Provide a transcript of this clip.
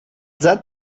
that